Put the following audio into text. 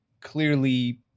clearly